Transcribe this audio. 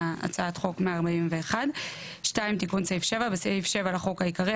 מהצעת החוק 141. תיקון סעיף 7 2. בסעיף 7 לחוק העיקרי,